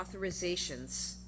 authorizations